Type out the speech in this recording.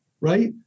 right